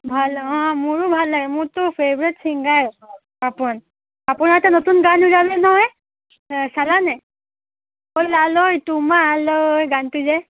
ভাল অঁ মোৰো ভাল লাগে মোৰতো ফেভৰেট ছিংগাৰ পাপন পাপনৰ এটা নতুন গান ওলালে নহয় চালানে অ' লাল ঐ তোমালৈ গানটো যে